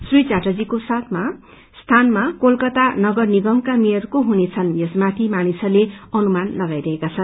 श्री चटर्जीको स्थानमा कालकाता नगर निगामका मेयरको हुनेछन् यसमाथि मानिसहरूले अनुमान लगाइरहेका छन्